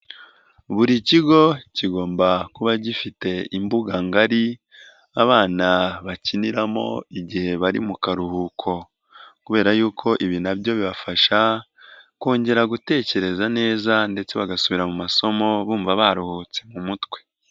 Buri kigo kigomba kuba gifite imbuga ngari abana bakiniramo igihe bari mu karuhuko kubera y'uko ibi nabyo bibafasha kongera gutekereza neza ndetse bagasubira mu masomo bumva baruhutse mu mutwe.